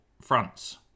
fronts